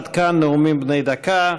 עד כאן נאומים בני דקה.